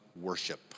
worship